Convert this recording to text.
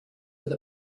with